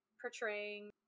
portraying